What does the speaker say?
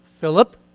Philip